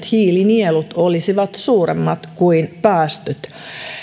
hiilinielut olisivat suuremmat kuin päästöt